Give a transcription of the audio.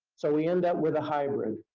so we end up with a hybrid.